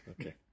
Okay